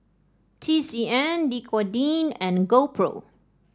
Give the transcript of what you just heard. T C M Dequadin and GoPro